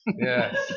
yes